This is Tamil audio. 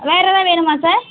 வேறே எதாவது வேணுமா சார்